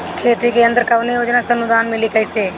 खेती के यंत्र कवने योजना से अनुदान मिली कैसे मिली?